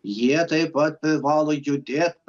jie taip pat privalo judėt